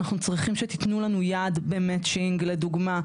אנחנו צריכים שתתנו לנו יד במצ'ינג לדוגמה.